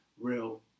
real